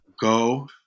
go